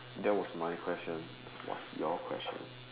that was my question what's your question